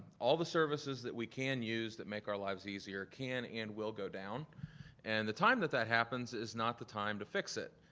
all of the services that we can use that make our lives easier can and will go down and the time that that happens is not the time to fix it.